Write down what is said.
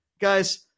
Guys